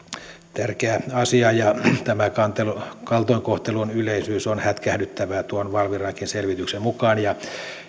tärkeä asia ja tämä kaltoinkohtelun yleisyys on hätkähdyttävää tuon valviran selvityksenkin mukaan